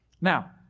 now